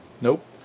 Nope